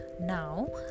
Now